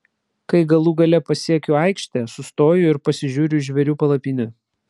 kai galų gale pasiekiu aikštę sustoju ir pasižiūriu į žvėrių palapinę